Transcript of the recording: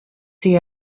see